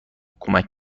کمک